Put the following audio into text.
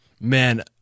Man